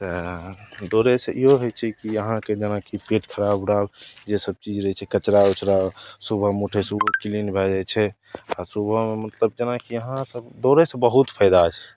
तऽ दौड़यसँ इहो होइ छै की अहाँके जेनाकि पेट खराब रहत जैसे कि कचड़ा उचरा सुबहमे उठयसँ उहो क्लीन भए जाइ छै आओर सुबहमे मतलब जेनाकि अहाँसब दौड़यसँ बहुत फायदा छै